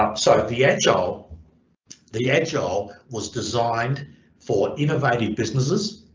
um sort of the agile the agile was designed for innovative businesses